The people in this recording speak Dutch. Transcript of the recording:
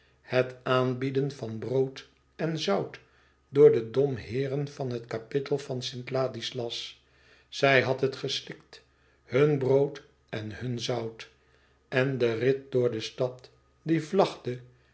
het aanbieden van brood en zout door de domheeren van het kapittel van st ladislas zij had het geslikt hun brood en hun zout en de rit door de stad die vlagde